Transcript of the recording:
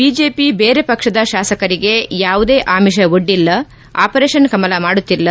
BJP ಬೇರೆ ಪಕ್ಷದ ಶಾಸಕರಿಗೆ ಯಾವುದೇ ಆಮಿಶ ಒಡ್ಡಿಲ್ಲ ಆಪರೇಷನ್ ಕಮಲ ಮಾಡುತ್ತಿಲ್ಲ